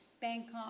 Bangkok